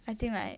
I think like